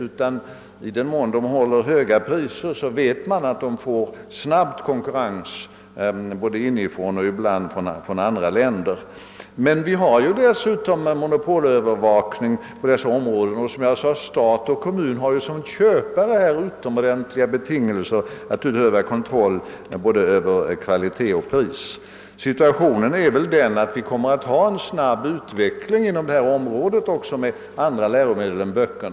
Skulle det ta ut höga priser vet man att det snabbt skulle få konkurrens, ibland t.o.m. från andra länder. Vi har dessutom monopolövervakning på dessa områden. Stat och kommun har, som sagt, i egenskap av köpare utomordentliga möjligheter att utöva kontroll över både kvalitet och pris. Situationen är väl den att vi kommer att få en snabb utveckling på det här området, som gäller andra läromedel än böcker.